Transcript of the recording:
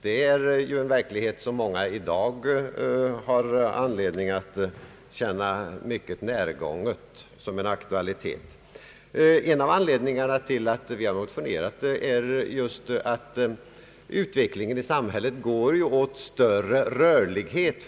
Det är många som i dag har anledning att känna det som en mycket påträngande aktualitet. En av anledningarna till att vi har motionerat är just att utvecklingen i samhället går mot större rörlighet.